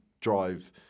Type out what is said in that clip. drive